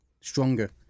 stronger